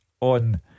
On